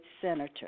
senator